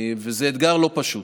וזה אתגר לא פשוט.